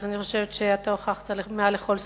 אני חושבת שאתה הוכחת מעל לכל ספק,